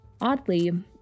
Oddly